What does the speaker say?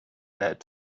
that